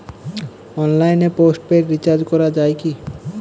অনলাইনে postpaid recharge করা যায় কি?